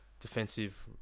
defensive